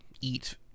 eat